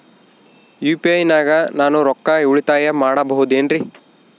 UPI ನಾಗ ನಾನು ರೊಕ್ಕ ಉಳಿತಾಯ ಮಾಡಬಹುದೇನ್ರಿ?